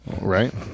Right